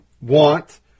want